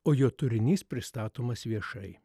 o jo turinys pristatomas viešai